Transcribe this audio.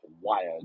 wired